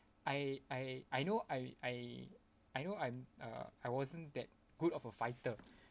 I I I know I I I know I'm uh I wasn't that good of a fighter